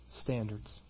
standards